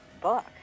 book